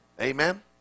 Amen